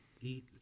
eat